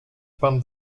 pan